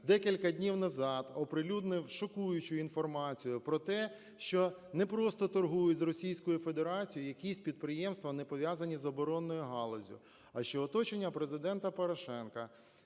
декілька днів назад оприлюднив шокуючу інформацію про те, що не просто торгують з Російською Федерацією якісь підприємства, не пов'язані з оборонною галуззю, а що оточення Президента Порошенка,